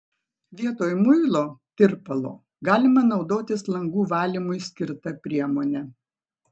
vietoj muilo tirpalo galima naudotis langų valymui skirta priemone